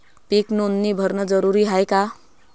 पीक नोंदनी भरनं जरूरी हाये का?